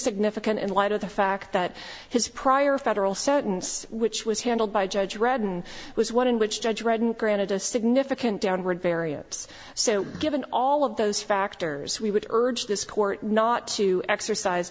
significant in light of the fact that his prior federal sentencing which was handled by judge redden was one in which judge read an granted a significant downward variance so given all of those factors we would urge this court not to exercise